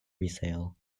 resale